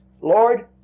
Lord